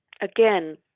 again